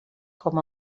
com